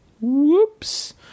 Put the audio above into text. Whoops